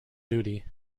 duty